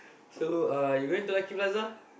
so uh you going to Lucky-Plaza